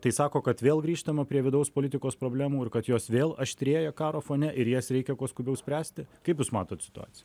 tai sako kad vėl grįžtama prie vidaus politikos problemų ir kad jos vėl aštrėja karo fone ir jas reikia kuo skubiau spręsti kaip jūs matot situaciją